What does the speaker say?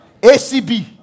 ACB